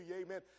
amen